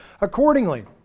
accordingly